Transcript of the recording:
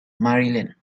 maryland